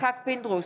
יצחק פינדרוס,